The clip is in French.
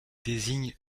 désigne